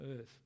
earth